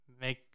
make